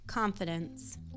Confidence